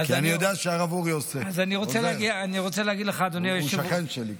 כי אני יודע שהרב אורי עושה, הוא שכן שלי.